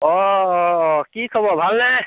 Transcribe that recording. অ' অ' অ' কি খবৰ ভালনে